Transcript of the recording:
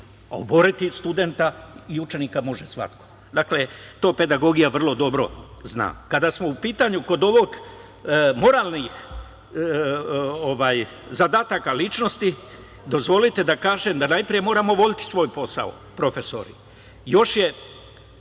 a oboriti učenika i studenta može svako. To pedagogija vrlo dobro zna. Kada smo u pitanju kod moralnih zadataka ličnosti, dozvolite da kažem da najpre moramo voleti svoj posao, profesori. Još je